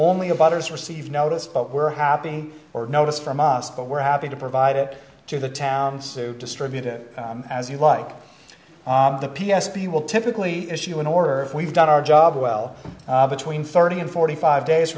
only of others received notice but were happy or a notice from us but we're happy to provide it to the towns to distribute it as you like the p s p will typically issue an order if we've done our job well between thirty and forty five days